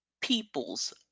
people's